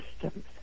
systems